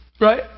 right